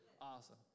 Awesome